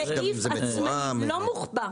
לכן אנחנו מבקשים חד משמעית סעיף עצמאי, לא מוחבא.